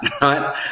right